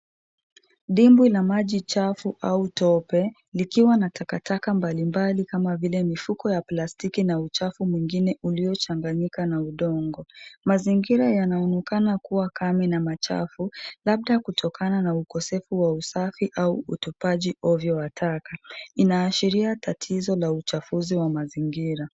Dimbwi la maji chafu au tope, likiwa na takataka mbalimbali kama vile mifuko ya plastiki na uchafu mwingine uliochanganyika na udongo. Mazingira yanaonekana kuwa kame na machafu, labda kutokana na ukosefu wa usafi au utupaji ovyo wa taka. Inaashiria tatizo la uchafuzi wa mazingira.